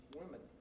women